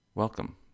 Welcome